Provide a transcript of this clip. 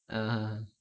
(uh huh) ha